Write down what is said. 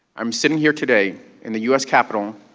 i'm sitting here today in the u s. capitol,